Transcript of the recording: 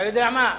אתה יודע מה,